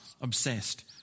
obsessed